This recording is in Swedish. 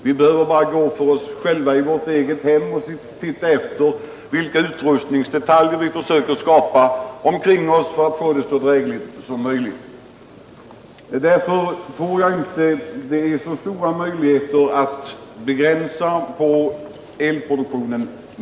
Vi behöver bara gå till oss själva i vårt eget hem och titta efter vilka utrustningsdetaljer vi försöker skapa omkring oss för att ha det så drägligt som möjligt. Därför tror jag inte att det finns så stora möjligheter att begränsa elproduktionen.